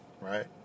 right